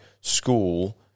school